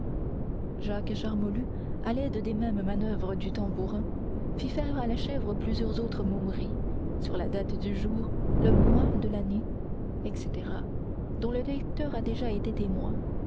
jacques charmolue à l'aide des mêmes manoeuvres du tambourin fit faire à la chèvre plusieurs autres momeries sur la date du jour le mois de l'année etc dont le lecteur a déjà été témoin